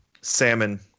Salmon